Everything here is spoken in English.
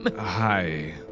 Hi